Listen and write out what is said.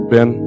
Ben